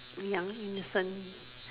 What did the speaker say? young innocent